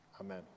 Amen